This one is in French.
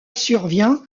survient